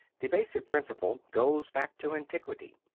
the basic principle goes back to antiquity.